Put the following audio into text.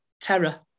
terror